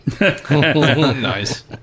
Nice